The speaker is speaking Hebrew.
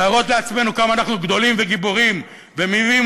להראות לעצמנו כמה אנחנו גדולים וגיבורים ומביאים